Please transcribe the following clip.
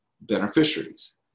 beneficiaries